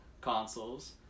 consoles